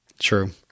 True